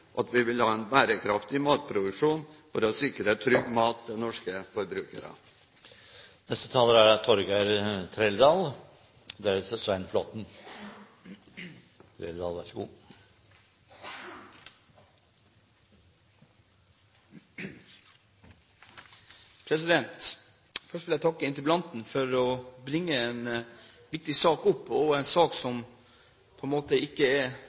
debatten må vi ta, derfor er denne interpellasjonen viktig. Målet er vi alle enige om: at vi vil ha en bærekraftig matproduksjon for å sikre trygg mat til norske forbrukere. Først vil jeg takke interpellanten for å ta opp en viktig sak, en sak som ikke har vært så aktuell for folk flest i Norge. Når det gjelder kompetanse på